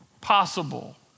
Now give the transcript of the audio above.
possible